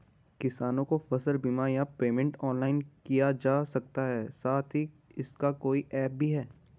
किसानों को फसल बीमा या पेमेंट ऑनलाइन किया जा सकता है साथ ही इसका कोई ऐप भी है?